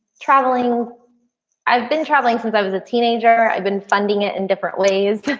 traveling i've been traveling since i was a teenager. i've been funding it in different ways,